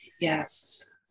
Yes